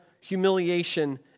humiliation